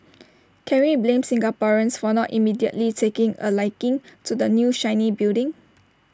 can we blame Singaporeans for not immediately taking A liking to the new shiny building